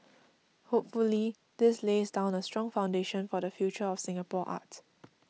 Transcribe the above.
hopefully this lays down a strong foundation for the future of Singapore art